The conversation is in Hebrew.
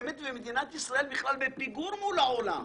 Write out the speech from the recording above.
ומדינת ישראל בכלל בפיגור מול העולם.